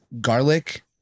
garlic